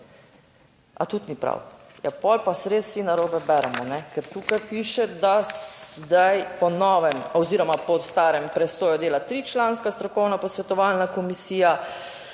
A tudi ni prav? Ja ,potem pa res vsi narobe beremo, ker tukaj piše, da zdaj po novem oziroma po starem presojo dela tričlanska strokovna posvetovalna komisija,